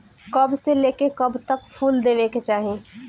कब से लेके कब तक फुल देवे के चाही?